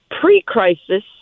pre-crisis